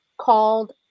called